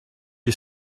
you